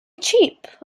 cheap